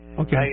Okay